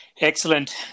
Excellent